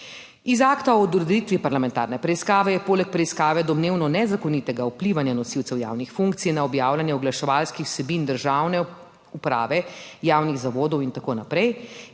Iz akta o odreditvi parlamentarne preiskave je poleg preiskave domnevno nezakonitega vplivanja nosilcev javnih funkcij na objavljanje oglaševalskih vsebin državne uprave, javnih zavodov in tako naprej